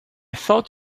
thought